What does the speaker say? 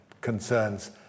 concerns